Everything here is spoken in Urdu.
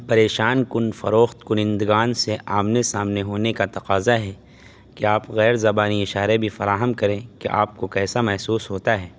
پریشان کن فروخت کنندگان سے آمنے سامنے ہونے کا تقاضا ہے کہ آپ غیر زبانی اشارے بھی فراہم کریں کہ آپ کو کیسا محسوس ہوتا ہے